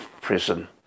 prison